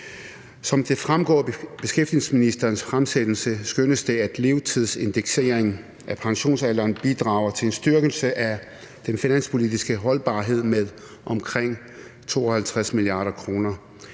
Som det fremgår af beskæftigelsesministerens fremsættelse, skønnes det, at levetidsindekseringen af pensionsalderen bidrager til en styrkelse af den finanspolitiske holdbarhed med omkring 52 mia. kr.